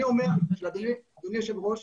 אני אומר, אדוני היושב ראש,